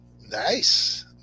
Nice